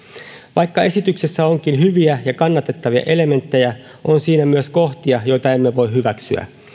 vaikka esityksessä onkin hyviä ja kannatettavia elementtejä on siinä myös kohtia joita emme voi hyväksyä